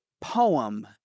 poem